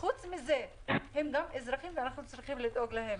חוץ מזה הם אזרחים ואנחנו צריכים לדאוג להם.